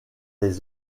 les